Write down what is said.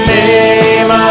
name